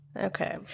Okay